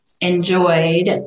enjoyed